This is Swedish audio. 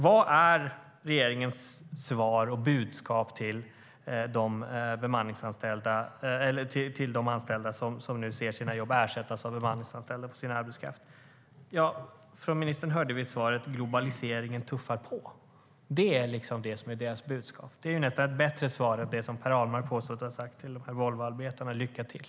Vad är regeringens svar och budskap till de anställda som nu ser sina jobb gå till bemanningsanställda? Från ministern hörde vi svaret "globaliseringen tuffar på". Det är budskapet. Det är nästan ett bättre svar än det som Per Ahlmark påstås ha sagt till Volvoarbetarna: Lycka till!